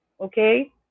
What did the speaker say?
okay